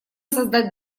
создать